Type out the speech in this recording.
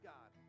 God